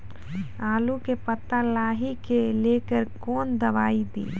आलू के पत्ता लाही के लेकर कौन दवाई दी?